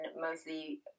mostly